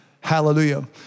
Hallelujah